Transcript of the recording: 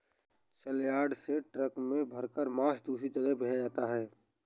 सलयार्ड से ट्रक में भरकर मांस दूसरे जगह भेजा जाता है